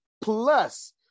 plus